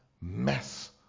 mess